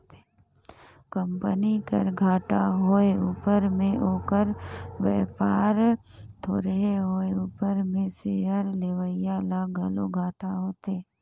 company कर घाटा होए उपर में ओकर बयपार थोरहें होए उपर में सेयर लेवईया ल घलो घाटा होथे